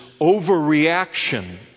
overreaction